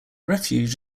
refuge